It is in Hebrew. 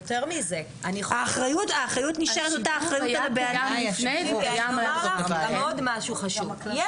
האחריות נשארת אותה אחריות --- עוד משהו חשוב,